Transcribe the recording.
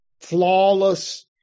flawless